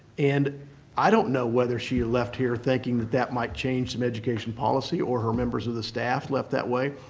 and i don't know whether she left here thinking that that might change some education policy or her members of the staff left that way,